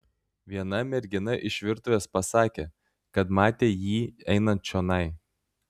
viena mergina iš virtuvės pasakė kad matė jį einant čionai